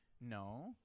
No